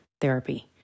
therapy